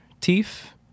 teeth